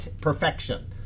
perfection